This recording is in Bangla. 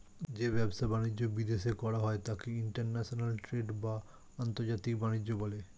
যে ব্যবসা বাণিজ্য বিদেশে করা হয় তাকে ইন্টারন্যাশনাল ট্রেড বা আন্তর্জাতিক বাণিজ্য বলে